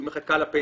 היא מחכה לפנסיה,